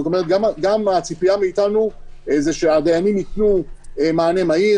זאת אומרת שגם הציפייה מאיתנו זה שהדיינים ייתנו מענה מהיר.